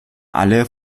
alle